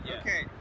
Okay